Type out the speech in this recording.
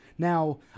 Now